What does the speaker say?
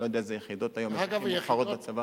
אני לא יודע איזה עוד יחידות מובחרות יש היום בצבא,